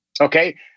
Okay